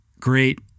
great